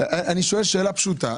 שאלה פשוטה,